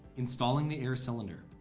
installing the air cylinder.